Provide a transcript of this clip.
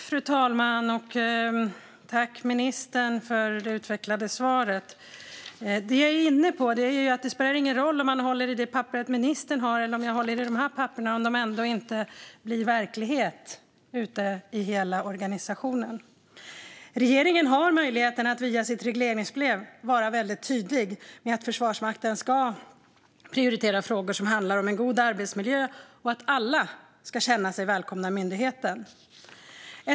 Fru talman! Jag tackar ministern för det utvecklade svaret. Det jag är inne på är att det inte spelar någon roll om man håller i det papper ministern har eller i de papper jag har om de ändå inte blir verklighet ute i hela organisationen. Regeringen har möjlighet att via sitt regleringsbrev vara tydlig med att Försvarsmakten ska prioritera frågor som handlar om en god arbetsmiljö och att alla ska känna sig välkomna i myndigheten.